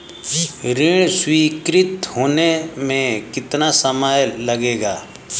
ऋण स्वीकृत होने में कितना समय लगेगा?